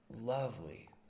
Lovely